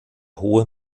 hohe